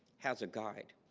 has a guide